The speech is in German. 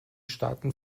staaten